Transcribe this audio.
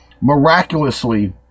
Miraculously